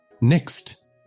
Next